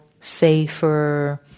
safer